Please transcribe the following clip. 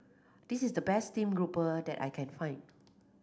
this is the best steamed grouper that I can find